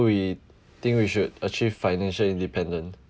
we think we should achieve financial independence